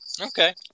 Okay